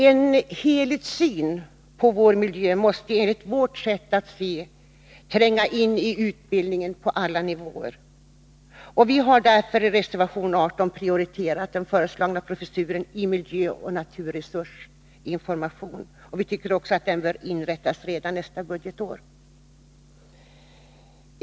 En helhetssyn på miljön måste, enligt vår åsikt, tränga in i utbildningen på alla nivåer. Därför har vi i reservation 18 prioriterat den föreslagna professuren i miljöoch naturresursinformation. Vi tycker att denna professur bör inrättas redan nästa budgetår.